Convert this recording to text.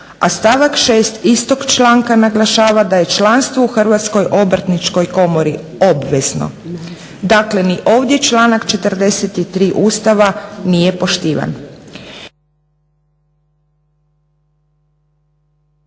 a stavak 6. istog članka naglašava da je članstvo u Hrvatskoj obrtničkoj komori obvezno. Dakle, ni ovdje članak 43. Ustava nije poštivan.